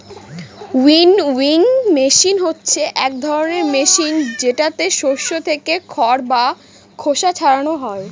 winnowing machine হচ্ছে এক ধরনের মেশিন যেটাতে শস্য থেকে খড় বা খোসা ছারানো হয়